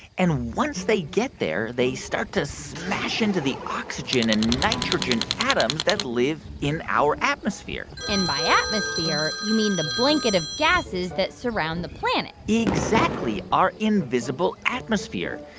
and once they get there, they start to smash into the oxygen and nitrogen atoms that live in our atmosphere and by atmosphere, you mean the blanket of gases that surround the planet exactly, our invisible atmosphere.